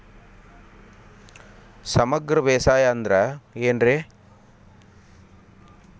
ಸಮಗ್ರ ಬೇಸಾಯ ಅಂದ್ರ ಏನ್ ರೇ?